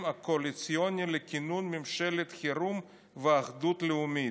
הקואליציוני לכינון ממשלת חירום ואחדות לאומית.